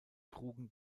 trugen